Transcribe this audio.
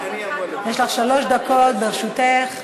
שלוש דקות לרשותך.